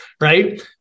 Right